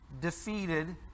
defeated